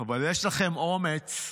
אבל יש לכם אומץ,